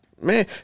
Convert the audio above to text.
Man